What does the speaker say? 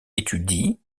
étudie